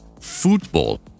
Football